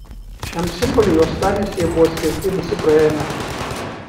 šiam simboliui uostamiestyje buvo skirti visi praėję metai